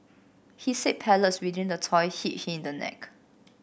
he said pellets within the toy hit him in the neck